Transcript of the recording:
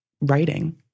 writing